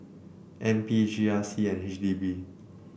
N P G R C and H D B